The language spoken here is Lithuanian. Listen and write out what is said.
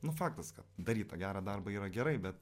nu faktas kad daryt tą gerą darbą yra gerai bet